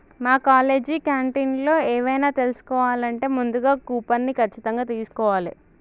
మా కాలేజీ క్యాంటీన్లో ఎవైనా తీసుకోవాలంటే ముందుగా కూపన్ని ఖచ్చితంగా తీస్కోవాలే